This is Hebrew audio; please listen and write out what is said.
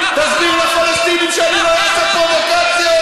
תסביר לפלסטינים שאני לא עושה פרובוקציות,